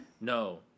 No